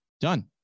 done